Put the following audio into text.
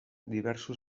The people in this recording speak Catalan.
diversos